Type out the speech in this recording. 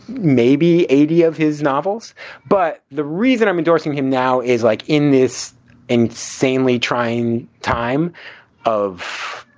maybe eighty of his novels but the reason i'm endorsing him now is like in this insanely trying time of,